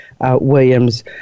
Williams